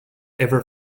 ever